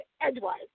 edgewise